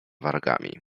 wargami